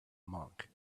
monk